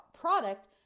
product